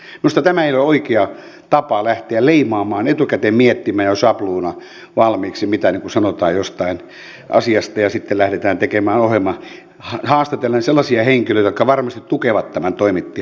minusta tämä ei ole oikea tapa lähteä leimaamaan etukäteen miettimään jo sapluuna valmiiksi mitä sanotaan jostain asiasta ja sitten lähdetään tekemään ohjelma haastatellen sellaisia henkilöitä jotka varmasti tukevat tämän toimittajan näkemyksiä